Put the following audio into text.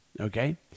okay